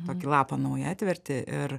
tokį lapą naują atverti ir